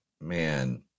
man